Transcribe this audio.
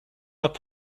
have